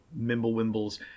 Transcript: Mimblewimble's